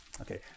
Okay